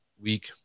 week